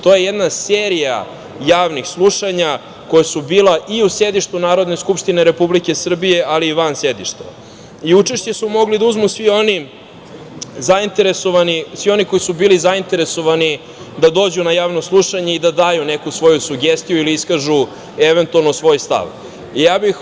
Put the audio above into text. To je jedna serija javnih slušanja koja su bila i u sedištu Narodne skupštine Republike Srbije, ali i van sedišta i učešće su mogli da uzmu svi oni koji su bili zainteresovani da dođu na javno slušanje i da daju neku svoju sugestiju ili eventualno iskažu svoj stav.